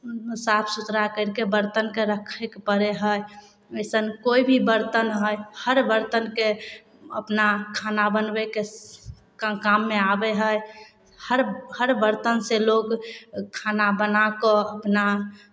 साफ सुथरा करि कऽ बरतनकेँ रखयके पड़ै हइ अइसन कोइ भी बरतन हइ हर बर्तनके अपना खाना बनबैके स् काममे आबै हइ हर हर बरतनसँ लोक खाना बना कऽ अपना